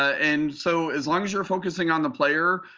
and so as long as you're focusing on the player,